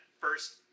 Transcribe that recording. first